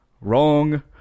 Wrong